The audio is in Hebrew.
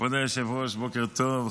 כבוד היושב-ראש, בוקר טוב.